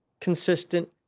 consistent